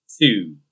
two